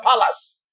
palace